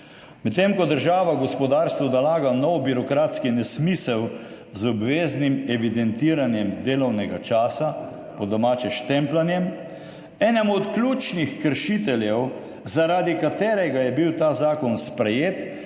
Medtem ko država gospodarstvu nalaga nov birokratski nesmisel z obveznim evidentiranjem delovnega časa, po domače štempljanjem, enemu od ključnih kršiteljev, zaradi katerega je bil ta zakon sprejet,